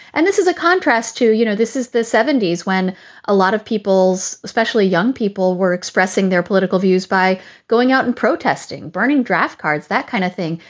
and this is a contrast to, you know, this is the seventy s when a lot of people's, especially young people, were expressing their political views by going out and protesting, burning draft cards, that kind of thing.